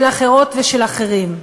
של אחרות ושל אחרים.